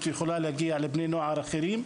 והיא יכולה להגיע לבני נוער אחרים?